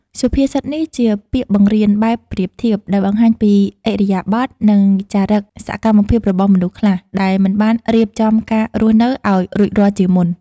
សុភាសិតនេះជាពាក្យបង្រៀនបែបប្រៀបធៀប ដែលបង្ហាញពីឥរិយាបថ និងចរិកសកម្មភាពរបស់មនុស្សខ្លះ ដែលមិនបានរៀបចំការរស់នៅឲ្យរួចរាល់ជាមុន។